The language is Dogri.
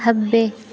खब्बे